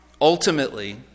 Ultimately